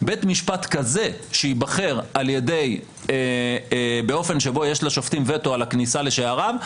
בית משפט כזה שייבחר באופן שבו יש לשופטים וטו על הכניסה לשערם,